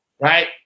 right